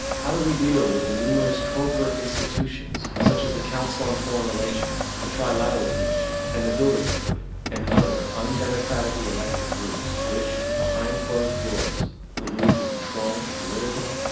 how do we deal with the numerous covert institutions, such as the council on foreign relations, the trilateral commission and the bilderberg group and the other undemocratically elected groups which behind closed doors collude to control the political,